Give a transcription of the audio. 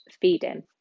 feeding